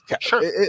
sure